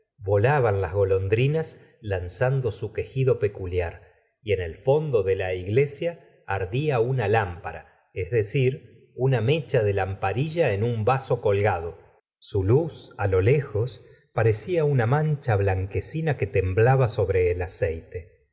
volaban las golondrinas lanzando su quejido peculiar y en el fondo de la iglesia ardía una lámpara es decir una mecha de lamparilla en un vaso colgado su luz lo lejos parecia una mancha blanquecina que temblaba sobre el aceite